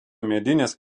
medinės